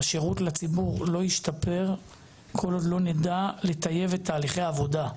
השירות לציבור לא השתפר כל עוד לא נדע לטייב את תהליכי העבודה.